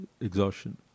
exhaustion